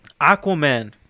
aquaman